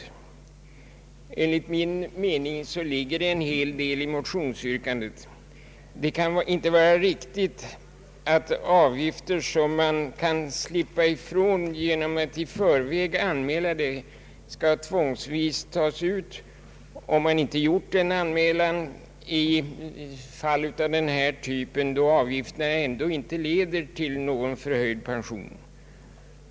Enligt min mening ligger det en hel del i motionsyrkandet. Det kan inte vara riktigt att avgifter, som man kan slippa ifrån genom att i förväg anmäla önskemål härom tvångsvis skall uttagas om sådan anmälan inte gjorts. Jag tänker här på de fall då avgifterna ändå inte leder till en förhöjd pension.